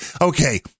okay